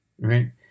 right